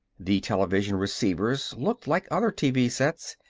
the television receivers looked like other tv sets,